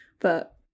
But-